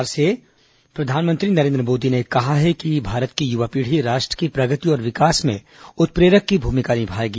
मन की बात प्रधानमंत्री नरेन्द्र मोदी ने कहा है कि भारत की युवा पीढ़ी राष्ट्र की प्रगति और विकास में उत्प्रेरक की भूभिका निमाएगी